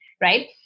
right